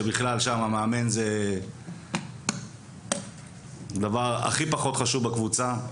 שבכלל שם מאמן זה דבר הכי פחות חשוב בקבוצה.